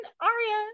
aria